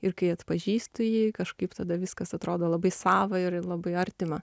ir kai atpažįstu jį kažkaip tada viskas atrodo labai sava ir labai artima